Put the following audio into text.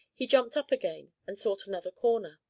he jumped up again and sought another corner.